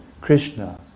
Krishna